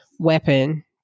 weapon